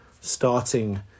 starting